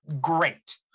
great